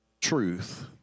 truth